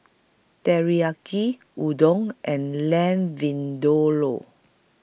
Teriyaki Udon and Lamb Vindaloo